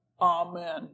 Amen